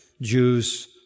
Jews